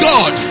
God